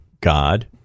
God